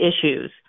issues